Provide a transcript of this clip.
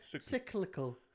Cyclical